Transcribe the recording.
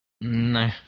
No